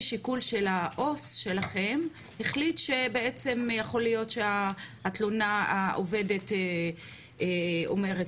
שיקול של העו"ס שלכם החליט שבעצם יכול להיות שהתלונה שהעובדת אומרת